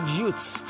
youths